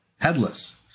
headless